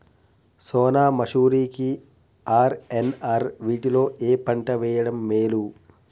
సోనా మాషురి కి ఆర్.ఎన్.ఆర్ వీటిలో ఏ పంట వెయ్యడం మేలు?